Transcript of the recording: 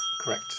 Correct